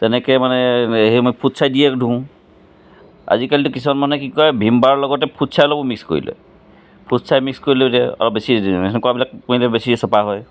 তেনেকৈ মানে সেই মই ফুটছাই দিয়ে ধুওঁ আজিকালিতো কিছুমান মানুহে কি কৰে ভীমবাৰৰ লগতে ফুটছাই অলপো মিক্স কৰি লয় ফুট ছাই মিক্স কৰি লৈ দিয়ে অলপ বেছি সেনেকুৱাবিলাক মানে বেছি চাফা হয়